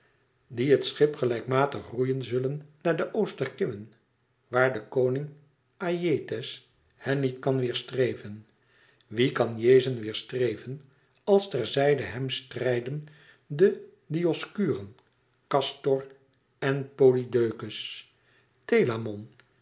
die het schip gelijkmatig roeien zullen naar de oosterkimmen waar de koning aïetes hen niet kan weêrstreven wie kan iazon weêrstreven als ter zijde hem strijden de dioskuren kastor en polydeukes